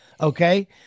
okay